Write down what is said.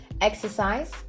exercise